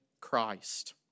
Christ